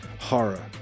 horror